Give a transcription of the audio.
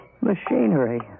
Machinery